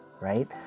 right